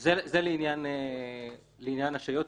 זה לעניין ההשעיות.